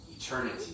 eternity